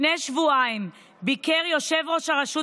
לפני שבועיים ביקר יושב-ראש הרשות